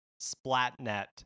Splatnet